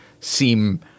seem